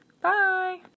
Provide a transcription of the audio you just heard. Bye